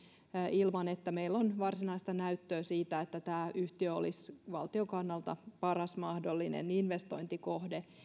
ilman että meillä on varsinaista näyttöä siitä että tämä yhtiö olisi valtion kannalta paras mahdollinen investointikohde